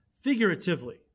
figuratively